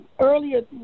earlier